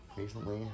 recently